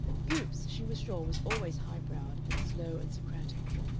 goopes, she was sure was always high-browed and slow and socratic.